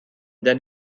then